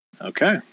okay